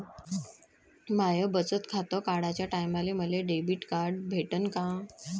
माय बचत खातं काढाच्या टायमाले मले डेबिट कार्ड भेटन का?